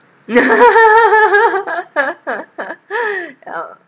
yeah